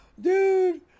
Dude